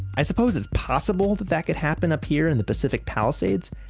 i suppose it's possible that that could happen up here in the pacific palisades,